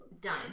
Done